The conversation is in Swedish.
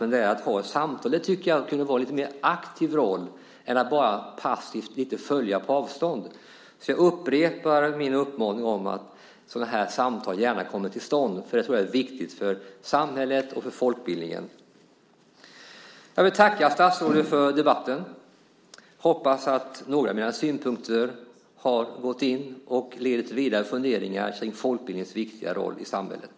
Men att ha ett samtal tycker jag kunde vara en lite mer aktiv roll jämfört med att bara passivt följa lite på avstånd. Så jag upprepar min uppmaning om att sådana här samtal gärna kommer till stånd. Det tror jag är viktigt för samhället och folkbildningen. Jag vill tacka statsrådet för debatten. Jag hoppas att några av mina synpunkter har gått in och leder till vidare funderingar kring folkbildningens viktiga roll i samhället.